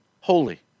holy